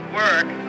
work